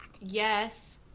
Yes